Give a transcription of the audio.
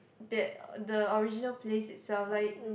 that the original place itself like